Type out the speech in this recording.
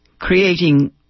creating